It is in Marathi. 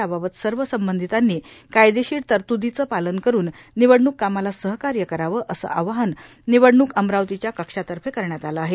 याबाबत सर्व संबंधितांनी कायदेशीर तरतूदीचे पालन करुन निवडणूक कामाला सहकार्य करावेए असे आवाहन निवडण्क अमरावतीच्या कक्षातर्फे करण्यात आले आहे